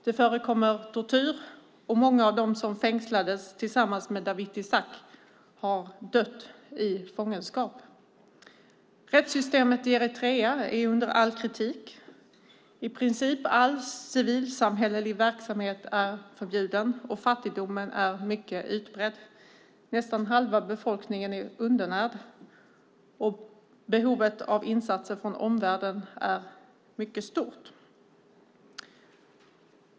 Det förekommer tortyr, och många av dem som fängslades tillsammans med Dawit Isaak har dött i fångenskap. Rättssystemet i Eritrea är under all kritik. I princip all civilsamhällelig verksamhet är förbjuden, och fattigdomen är mycket utbredd. Nästan halva befolkningen är undernärd, och behovet av insatser från omvärlden är mycket stort.